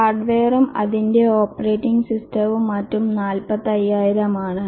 ഹാർഡ്വെയറും അതിന്റെ ഓപ്പറേറ്റിംഗ് സിസ്റ്റവും മറ്റും 45000 ആണ്